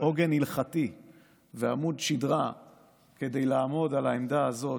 עוגן הלכתי ועמוד שדרה כדי לעמוד על העמדה הזאת.